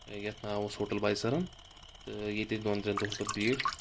یتھ ناو اوس ہوٹل باے سرم تہٕ ییٚتہِ أسۍ دۄن ترٛین دۄہن پتہٕ بیٖٹھۍ